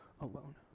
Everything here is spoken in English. alone